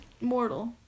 Mortal